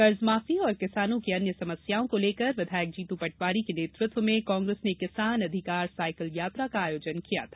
कर्ज माफी और किसानों की अन्य समस्याओं को लेकर विधायक जीतू पटवारी के नेतृत्व में कांग्रेस ने किसान अधिकार साइकिल यात्रा का आयोजन किया था